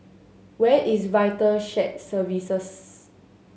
where is Vital Shared Services